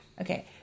Okay